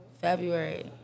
February